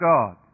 God